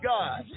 God